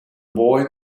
boy